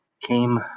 came